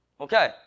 okay